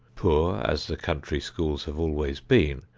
poor as the country schools have always been,